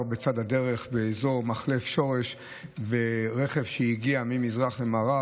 בצד הדרך באזור מחלף שורש ורכב הגיע ממזרח למערב,